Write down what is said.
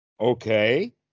Okay